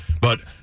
but-